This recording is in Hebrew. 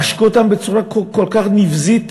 עשקו אותם בצורה כל כך נבזית,